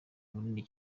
bunini